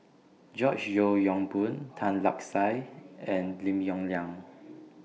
George Yeo Yong Boon Tan Lark Sye and Lim Yong Liang